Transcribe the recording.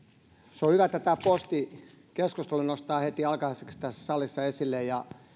se on hyvä että tämä posti keskustelu nostetaan heti alkajaisiksi tässä salissa esille ja